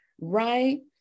right